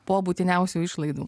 po būtiniausių išlaidų